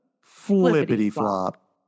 flippity-flop